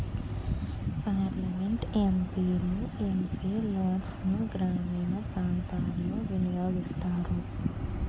parliament MP లు MP లాడ్సును గ్రామీణ ప్రాంతాలలో వినియోగిస్తారు